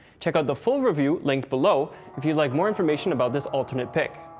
check out the full review linked below if you'd like more information about this alternate pick.